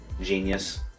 Genius